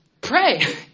pray